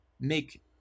make